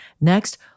Next